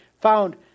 found